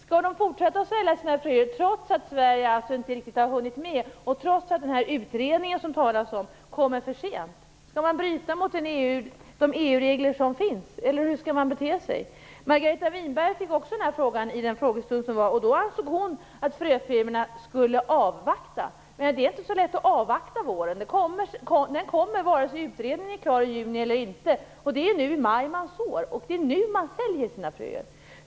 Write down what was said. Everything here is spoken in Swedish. Skall de fortsätta att sälja fröer trots att Sverige inte riktigt har hunnit med och trots att utredningen kommer för sent? Skall man bryta mot de EU-regler som finns? Hur skall man bete sig? Margareta Winberg fick denna fråga vid en frågestund. Hon ansåg att fröfirmorna skulle avvakta. Det är inte så lätt att avvakta våren. Den kommer vare sig utredningen är klar i juni eller inte. Det är nu i maj man sår, och det är nu man säljer fröer.